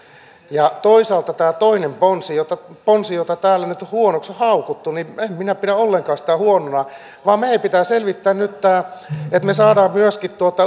toisaalta tämä toinen ponsi jota ponsi jota täällä nyt on huonoksi haukuttu en minä pidä sitä ollenkaan huonona vaan meidän pitää selvittää nyt tämä että me saamme myöskin